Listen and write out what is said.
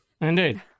Indeed